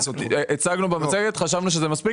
הצגנו במצגת וחשבנו שזה מספיק.